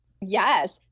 Yes